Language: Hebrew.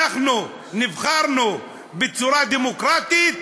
אנחנו נבחרנו בצורה דמוקרטית?